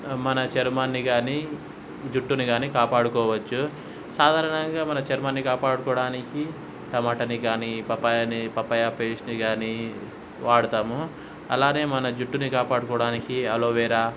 మన చర్మాన్ని కాని జుట్టుని కాని కాపాడుకోవచ్చు సాధారణంగా మన చర్మాన్ని కాపాడుకోవడానికి టమాటాని కాని పప్పాయని పప్పాయ పేస్ట్ని వాళ్ళకు వాడతాము అలానే మన జుట్టుని కాపాడుకోవడానికి అలోవెరా